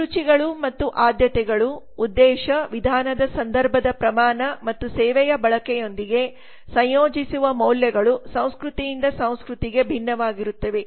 ಅಭಿರುಚಿಗಳು ಮತ್ತು ಆದ್ಯತೆಗಳು ಉದ್ದೇಶ ವಿಧಾನದ ಸಂದರ್ಭದ ಪ್ರಮಾಣ ಮತ್ತು ಸೇವೆಯ ಬಳಕೆಯೊಂದಿಗೆ ಸಂಯೋಜಿಸುವ ಮೌಲ್ಯಗಳು ಸಂಸ್ಕೃತಿಯಿಂದ ಸಂಸ್ಕೃತಿಗೆ ಭಿನ್ನವಾಗಿರುತ್ತವೆ